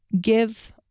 give